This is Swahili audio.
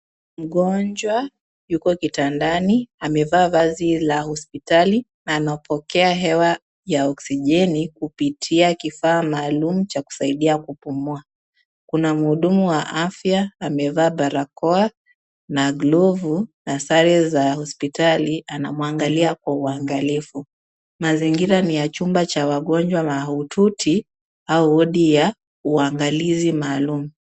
Mgonjwa yuko kitandani amevaa vazi la hospitali na anapokea hewa ya oksijeni kupitia kifaa maalum cha kusaidia kupumua. Kuna muhudumu wa afya amevaa barakoa na glovu na sare za hospitali anamwangalia kwa uangalivu. Mazingira ni ya chumba cha wagonjwa mahututi au wodi ya uangalizi maalum.